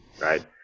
right